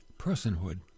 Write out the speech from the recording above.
personhood